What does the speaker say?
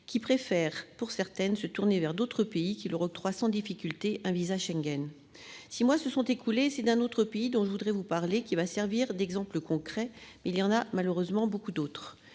qui préfèrent pour certaines se tourner vers d'autres pays qui leur octroie sans difficulté un VISA Schengen. Six mois se sont écoulés. C'est d'un autre pays dont je voudrais vous parler qui va servir d'exemple concret, il y en a malheureusement beaucoup d'autres.